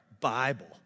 Bible